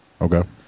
Okay